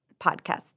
podcast